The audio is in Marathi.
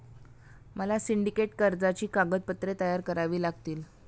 मला सिंडिकेट कर्जाची कागदपत्रे तयार करावी लागतील